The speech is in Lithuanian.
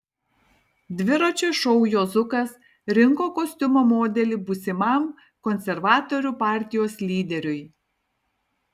dviračio šou juozukas rinko kostiumo modelį būsimam konservatorių partijos lyderiui